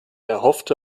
erhoffte